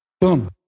Boom